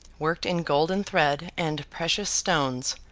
worked in golden thread and precious stones,